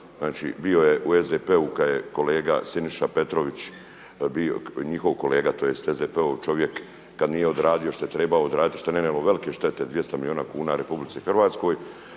Znači bio je u SDP-u kada je kolega Siniša Petrović, njihov kolega, tj. SDP-ov čovjek kad nije odradio što je trebao odraditi i što je nanijelo velike štete 200 milijuna kuna RH. Bijele noći